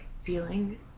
feeling